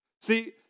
See